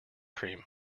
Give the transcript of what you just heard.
cream